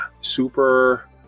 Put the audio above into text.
super